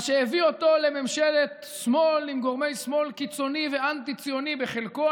מה שהביא אותו לממשלת שמאל עם גורמי שמאל קיצוני ואנטי-ציוני בחלקו,